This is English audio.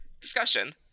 discussion